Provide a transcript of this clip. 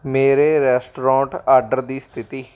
ਮੇਰੇ restaurant order ਦੀ ਸਥਿਤੀ